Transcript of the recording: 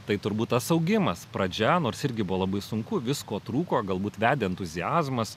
tai turbūt tas augimas pradžia nors irgi buvo labai sunku visko trūko galbūt vedė entuziazmas